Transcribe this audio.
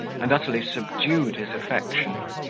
and utterly subdued his affection.